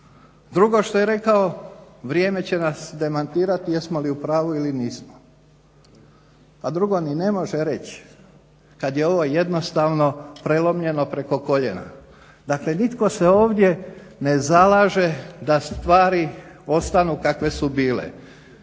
Drugo što je rekao vrijeme će nas demantirati jesmo li u pravu ili nismo. Pa drugo ni ne može reći kad je ovo jednostavno prelomljeno preko koljena. Dakle, nitko se ovdje ne zalaže da stvari ostanu kakve su bile